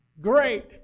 great